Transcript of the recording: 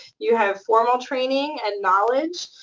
you have formal training and knowledge.